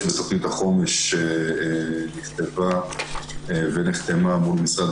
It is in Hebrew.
יש בתכנית החומש שנכתבה ונחתמה מול משרד